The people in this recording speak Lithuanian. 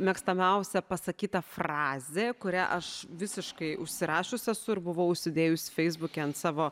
mėgstamiausia pasakyta frazė kurią aš visiškai užsirašius esu ir buvau užsidėjus feisbuke ant savo